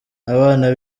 abana